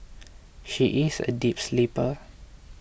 she is a deep sleeper